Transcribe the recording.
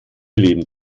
leben